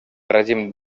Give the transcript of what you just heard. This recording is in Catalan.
règim